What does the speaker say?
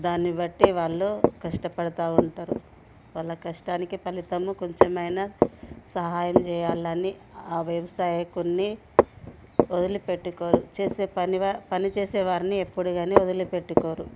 దాన్నిబట్టి వాళ్ళు కష్టపడుతూ ఉంటారు వాళ్ళ కష్టానికి ఫలితం కొంచెమయినా సహాయం చేయాలని ఆ వ్యవసాయకున్ని వదిలిపెట్టుకోరు చేసే పని వా పని చేసే వారిని ఎప్పుడు కానీ వదిలి పెట్టుకోరు